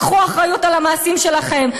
קחו אחריות על המעשים שלכם.